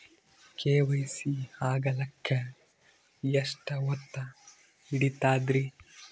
KYC ಆಗಲಕ್ಕ ಎಷ್ಟ ಹೊತ್ತ ಹಿಡತದ್ರಿ?